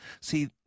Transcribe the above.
See